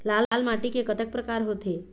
लाल माटी के कतक परकार होथे?